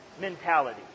mentality